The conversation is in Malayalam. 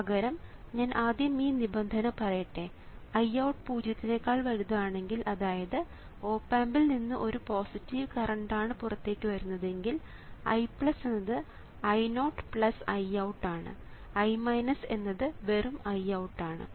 പകരം ഞാൻ ആദ്യം ഈ നിബന്ധന പറയട്ടെ IOUT പൂജ്യത്തിനെകാൾ വലുതാണെങ്കിൽ അതായത് ഓപ് ആമ്പിൽ നിന്ന് ഒരു പോസിറ്റീവ് കറണ്ട് ആണ് പുറത്തേക്ക് വരുന്നതെങ്കിൽ I എന്നത് I0 IOUT ആണ് I എന്നത് വെറും IOUT ആണ്